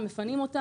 יפנו אותה,